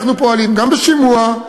אנחנו פועלים גם באמצעות שימוע,